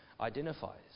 identifies